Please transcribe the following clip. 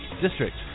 district